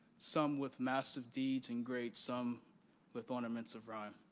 some with massive deeds and great, some with ornaments of rhyme.